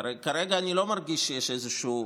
כרגע אני לא מרגיש שיש איזשהו,